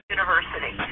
University